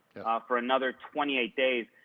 for another twenty eight days.